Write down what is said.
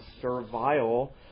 servile